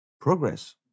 progress